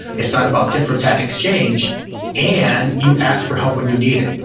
it's not about tit for tat exchange and you ask for help when you need it.